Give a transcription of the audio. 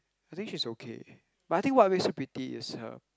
I think she's okay but I think what makes her pretty is her